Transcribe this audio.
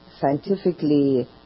scientifically